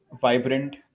vibrant